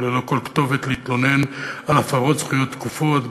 וללא כל כתובת להתלונן על הפרות זכויות תכופות.